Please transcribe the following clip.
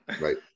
Right